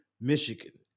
Michigan